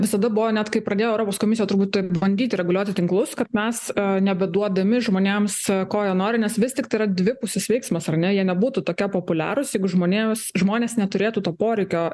visada buvo net kai pradėjo europos komisija turbūt taip bandyti reguliuoti tinklus kad mes nebeduodami žmonėms ko jie nori nes vis tik yra dvipusis veiksmas ar ne jie nebūtų tokie populiarūs jeigu žmonėms žmonės neturėtų to poreikio